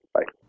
Bye